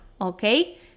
okay